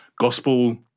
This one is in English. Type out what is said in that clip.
gospel